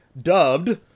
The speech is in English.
dubbed